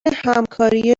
همکاری